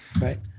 Right